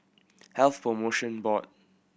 Health Promotion Board